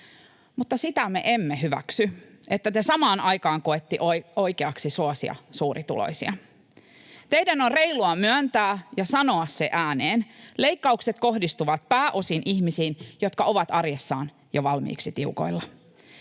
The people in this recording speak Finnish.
Mutta sitä emme hyväksy, että te samaan aikaan koette oikeaksi suosia suurituloisia. Teidän on reilua myöntää ja sanoa se ääneen: leikkaukset kohdistuvat pääosin ihmisiin, jotka ovat arjessaan jo valmiiksi tiukoilla.